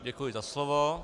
Děkuji za slovo.